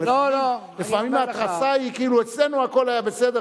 אבל לפעמים ההתרסה היא כאילו אצלנו הכול היה בסדר,